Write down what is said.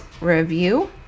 review